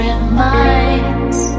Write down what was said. Reminds